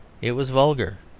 it was vulgar,